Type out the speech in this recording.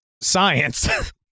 science